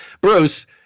Bruce